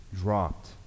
dropped